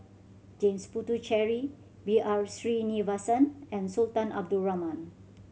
James Puthucheary B R Sreenivasan and Sultan Abdul Rahman